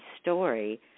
story